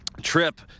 trip